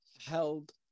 held